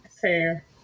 Fair